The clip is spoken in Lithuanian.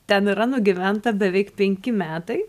ten yra nugyventa beveik penki metai